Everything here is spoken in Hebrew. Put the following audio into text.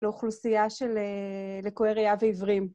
לאוכלוסייה של לקויי ראייה ועיוורים.